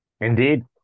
Indeed